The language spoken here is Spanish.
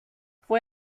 fue